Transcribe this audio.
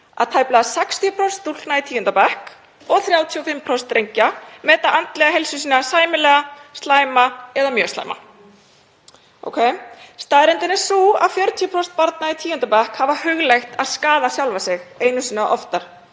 að tæplega 60% stúlkna í tíunda bekk og 35% drengja meta andlega heilsu sína sæmilega, slæma eða mjög slæma. Staðreyndin er sú að 40% barna í tíunda bekk hafa hugleitt að skaða sjálf sig einu sinni eða oftar